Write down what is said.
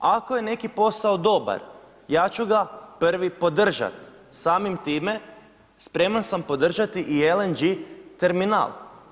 Ako je neki posao dobar ja ću ga prvi podržati, samim time spreman sam podržati i LNG terminal.